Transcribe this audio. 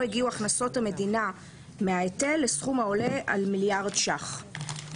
הגיעו הכנסות המדינה מההיטל לסכום העולה על מיליארד ש"ח.